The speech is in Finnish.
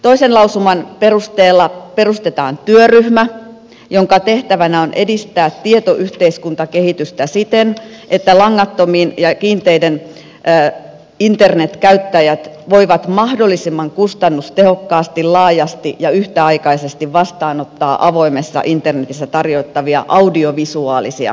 toisen lausuman perusteella perustetaan työryhmä jonka tehtävänä on edistää tietoyhteiskuntakehitystä siten että langattomien ja kiinteiden internetyhteyksien käyttäjät voivat mahdollisimman kustannustehokkaasti laajasti ja yhtäaikaisesti vastaanottaa avoimessa internetissä tarjottavia audiovisuaalisia sisältöjä